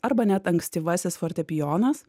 arba net ankstyvasis fortepijonas